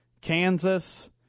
Kansas